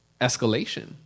escalation